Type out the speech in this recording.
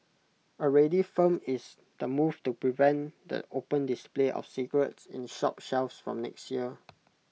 already firm is the move to prevent the open display of cigarettes in shop shelves from next year